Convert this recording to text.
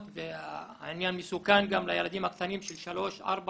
העניין מסוכן גם לילדים הקטנים של שלוש-ארבע